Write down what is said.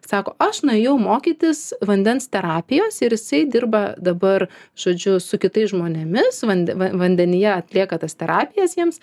sako aš nuėjau mokytis vandens terapijos ir jisai dirba dabar žodžiu su kitais žmonėmis vand va vandenyje atlieka tas terapines jiems